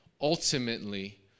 ultimately